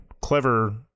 clever